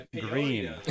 green